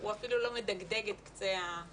הוא אפילו לא מדגדג את קצה הצורך,